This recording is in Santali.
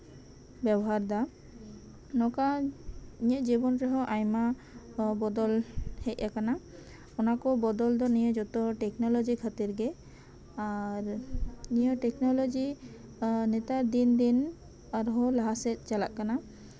ᱵᱮᱵᱚᱦᱟᱨᱫᱟ ᱱᱚᱝᱠᱟ ᱤᱧᱟᱹᱜ ᱡᱤᱵᱚᱱ ᱨᱮᱦᱚᱸ ᱟᱭᱢᱟ ᱵᱚᱫᱚᱞ ᱦᱮᱡ ᱟᱠᱟᱱᱟ ᱚᱱᱟ ᱠᱚ ᱵᱚᱫᱚᱞ ᱫᱚ ᱡᱚᱛᱚ ᱱᱤᱭᱟᱹ ᱴᱮᱠᱱᱳᱞᱚᱡᱤ ᱠᱷᱟᱹᱛᱤᱨ ᱜᱮ ᱟᱨ ᱱᱤᱭᱟᱹ ᱴᱮᱠᱱᱳᱞᱚᱡᱤ ᱱᱮᱛᱟᱨ ᱫᱤᱱᱼᱫᱤᱱ ᱟᱨᱦᱚᱸ ᱞᱟᱦᱟ ᱥᱮᱡ ᱪᱟᱞᱟᱜ ᱠᱟᱱᱟ